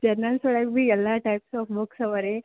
journals ಒಳಗೆ ಬೀ ಎಲ್ಲ ಟೈಪ್ಸ್ ಆಫ್ ಬುಕ್ಸ್ ಇವೆ ರೀ